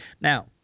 Now